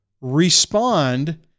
respond